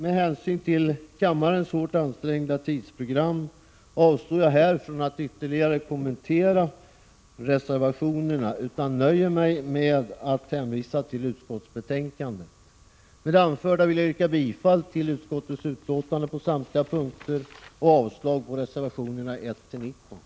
Med hänvisning till kammarens hårt ansträngda tidsprogram avstår jag från att ytterligare kommentera reservationerna och nöjer mig med att hänvisa till utskottsbetänkandet. Med det anförda vill jag yrka bifall till utskottets hemställan på samtliga punkter och avslag på reservationerna 1-19.